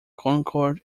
concord